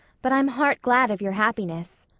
but i'm heart-glad of your happiness.